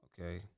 Okay